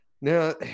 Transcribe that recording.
Now